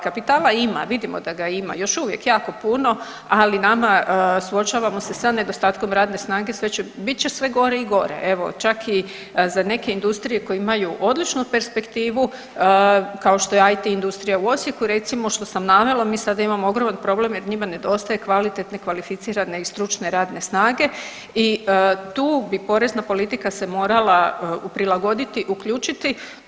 Kapitala ima, vidimo da ga ima još uvijek jako puno, ali nama suočavamo sa nedostatkom radne snage sve će, bit će sve gore i gore, evo čak i za neke industrije koje imaju odličnu perspektivu kao što je IT industrija u Osijeku recimo što sam navela, mi sada imamo ogroman problem jer njima nedostaje kvalitetne, kvalificirane i stručne radne snage i tu bi porezna politika se morala uprilagoditi, uključiti.